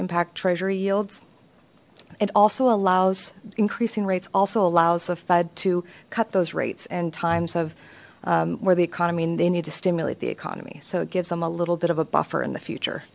impact treasury yields it also allows increasing rates also allows the fed to cut those rates and times of where the economy and they need to stimulate the economy so it gives them a little bit of a buffer in the future